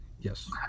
yes